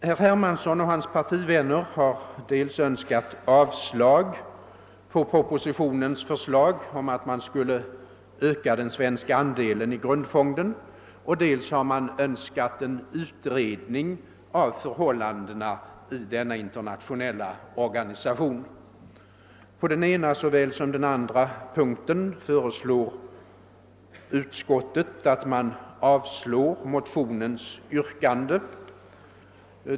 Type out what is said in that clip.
Herr Hermansson och hans partivänner har de's yrkat avslag på propositionens förslag om att öka den svenska andelen av grundfonden, dels önskat en utredning av förhållandena i denna internationella organisation. På den ena såväl som den andra punkten föreslår utskottet avslag på motionärernas yrkanden.